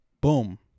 Boom